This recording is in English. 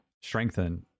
strengthen